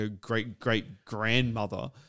great-great-grandmother